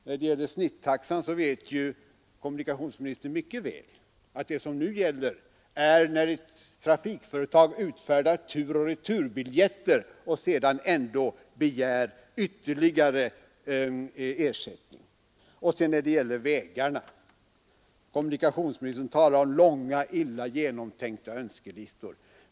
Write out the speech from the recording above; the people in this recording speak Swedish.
När det gäller snittaxan vet kommunikationsministern mycket väl att vad det nu gäller är det förhållandet att ett trafikföretag utfärdar turoch returbiljetter och sedan ändå begär ytterligare ersättning. Beträffande vägarna talar kommunikationsministern om långa, illa genomtänkta önskelistor.